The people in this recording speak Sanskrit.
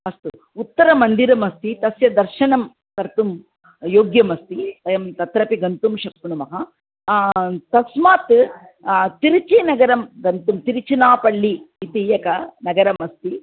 अस्तु उत्तममन्दिरमस्ति तस्य दर्शनं कर्तुं योग्यमस्ति वयं तत्रापि गन्तुं शक्नुमः तस्मात् तिरुचि नगरं गन्तुं तिरुचनापळ्ळि इति एकं नगरमस्ति